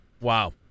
Wow